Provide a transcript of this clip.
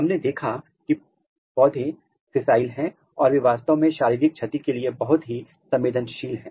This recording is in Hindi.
हमने देखा है कि पौधे सीज़ाइल हैं और वे वास्तव में शारीरिक क्षति के लिए बहुत ही संवेदनशील हैं